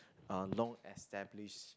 uh long established